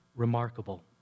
Remarkable